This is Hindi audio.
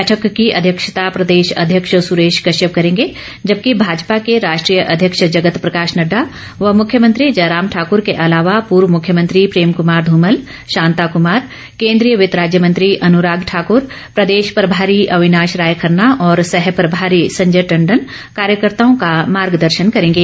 बैठक की अध्यक्षता प्रदेशाध्यक्ष सुरेश कश्यप करेंगे जबकि भाजपा के राष्ट्रीय अध्यक्ष जगत प्रकाश नड्डा व मुख्यमंत्री जयराम ठाकूर के अलावा पूर्व मुख्यमंत्री प्रेम कुमार धूमल शांता कुमार केन्द्रीय वित्त राज्य मंत्री अनुराग ठाकूर प्रदेश प्रभारी अविनाश राय खन्ना और सह प्रभारी संजय टंडन कार्यकर्ताओं का मार्गदर्शन करेंगे